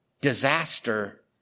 disaster